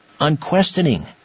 unquestioning